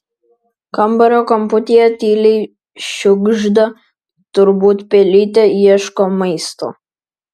kambario kamputyje tyliai šiugžda turbūt pelytė ieško maisto